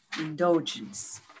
indulgence